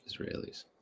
israelis